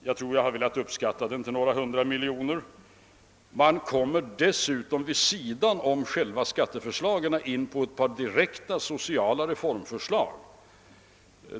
Jag har velat uppskatta den till några hundra miljoner kronor. Man kommer dessutom, vid sidan om själva skatteförslagen, in på ett par direkta sociala reformförslag.